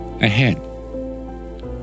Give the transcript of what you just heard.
ahead